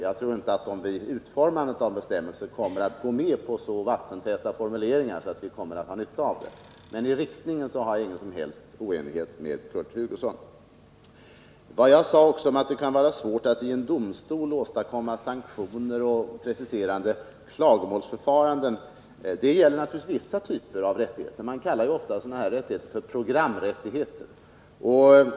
Jag tror inte att man vid utformandet av dessa bestämmelser kommer att gå med på så vattentäta formuleringar att vi kommer att ha nytta av det. Men i fråga om riktningen är jag inte på något sätt oense med Kurt Hugosson. Vad jag sade om att det kan vara svårt att i en domstol åstadkomma sanktioner och preciserade klagomålsförfaranden gäller naturligtvis vissa typer av rättigheter. Man kallar ju ofta sådana här rättigheter för programrättigheter.